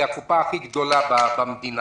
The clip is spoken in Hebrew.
היא הקופה הכי גדולה במדינה,